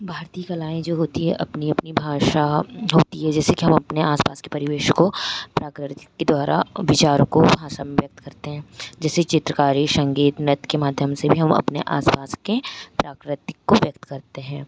भारतीय कलाएँ जो होती है अपनी अपनी भाषा होती है जैसे कि हम अपने आस पास के परिवेश को प्रकृति के द्वारा विचारों को भाषा में व्यक्त करते हैं जैसे चित्रकारी संगीत नृत्य के माध्यम से भी हम अपने आस पास के प्राकृतिक को व्यक्त करते हैं